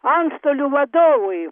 antstolių vadovui